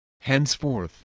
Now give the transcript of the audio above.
Henceforth